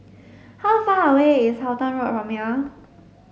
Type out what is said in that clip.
how far away is Halton Road from here